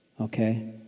Okay